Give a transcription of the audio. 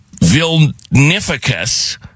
Vilnificus